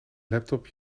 laptop